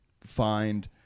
find